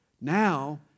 Now